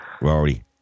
Rory